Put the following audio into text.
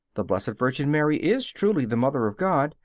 the blessed virgin mary is truly the mother of god,